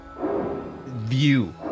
view